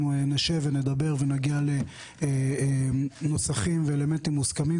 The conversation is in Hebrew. נשב ונדבר ונגיע לנוסחים ואלמנטים מוסכמים.